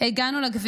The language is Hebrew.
הגענו לכביש,